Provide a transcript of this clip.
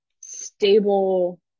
stable